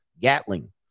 Gatling